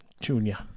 junior